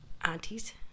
aunties